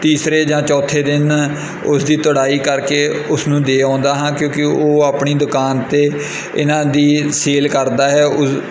ਤੀਸਰੇ ਜਾਂ ਚੌਥੇ ਦਿਨ ਉਸ ਦੀ ਤੁੜਾਈ ਕਰਕੇ ਉਸ ਨੂੰ ਦੇ ਆਉਂਦਾ ਹਾਂ ਕਿਉਂਕਿ ਉਹ ਆਪਣੀ ਦੁਕਾਨ 'ਤੇ ਇਹਨਾਂ ਦੀ ਸੇਲ ਕਰਦਾ ਹੈ ਉ